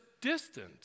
distant